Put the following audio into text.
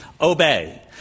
obey